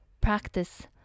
practice